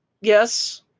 Yes